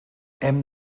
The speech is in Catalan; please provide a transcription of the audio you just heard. hem